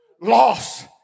loss